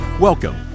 Welcome